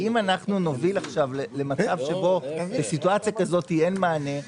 אם אנחנו נוביל למצב שבסיטואציה כזאת אין מענה,